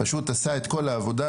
פשוט עשה את כל העבודה.